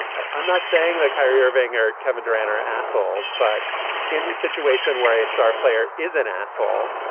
i'm not saying that kyrie irving or kevin durant are assholes, but in the situation where a star player is an asshole,